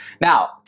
now